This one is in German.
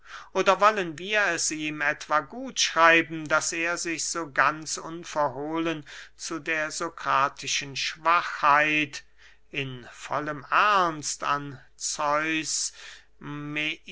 oder wollen wir es ihm etwa gut schreiben daß er sich so ganz unverhohlen zu der sokratischen schwachheit in vollem ernst an zeus